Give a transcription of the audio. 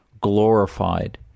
glorified